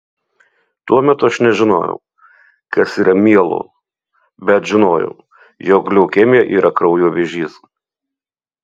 tuo metu aš nežinojau kas yra mielo bet žinojau jog leukemija yra kraujo vėžys